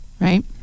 Right